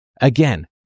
Again